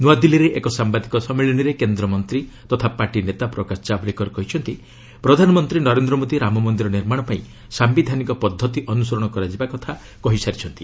ନ୍ତଆଦିଲ୍ଲୀରେ ଏକ ସାମ୍ବାଦିକ ସମ୍ମିଳନୀରେ କେନ୍ଦ୍ରମନ୍ତ୍ରୀ ତଥା ପାର୍ଟି ନେତା ପ୍ରକାଶ ଜାବଡେକର କହିଛନ୍ତି ପ୍ରଧାନମନ୍ତ୍ରୀ ନରେନ୍ଦ୍ର ମୋଦି ରାମମନ୍ଦିର ନିର୍ମାଣ ପାଇଁ ସାୟିଧାନିକ ପଦ୍ଧତି ଅନୁସରଣ କରାଯିବା କଥା କହିସାରିଛନ୍ତି